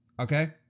okay